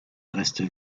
restent